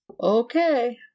Okay